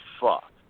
fuck